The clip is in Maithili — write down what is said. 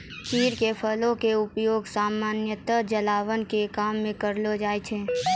चीड़ के फल के उपयोग सामान्यतया जलावन के काम मॅ करलो जाय छै